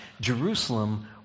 Jerusalem